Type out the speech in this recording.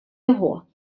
його